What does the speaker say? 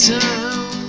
town